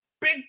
big